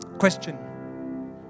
question